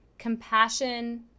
compassion